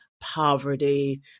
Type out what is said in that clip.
poverty